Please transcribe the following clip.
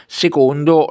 secondo